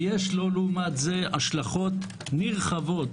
ויש לו לעומת זה השלכות נרחבות